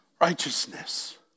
righteousness